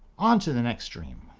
on to the next dream.